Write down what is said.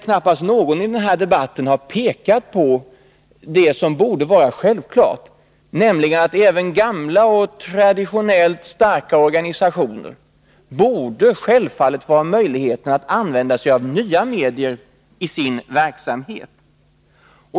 Knappast någon i denna debatt har pekat på det som borde vara självklart, nämligen att även gamla och traditionellt starka organisationer givetvis måste ha möjligheter att använda sig av nya medier i sin verksamhet.